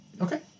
okay